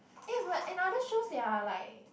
eh but in other shows they are like